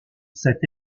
cet